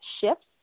shifts